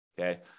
okay